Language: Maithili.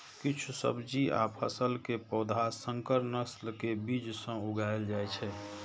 किछु सब्जी आ फसल के पौधा संकर नस्ल के बीज सं उगाएल जाइ छै